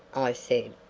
i said,